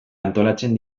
antolatzen